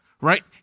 right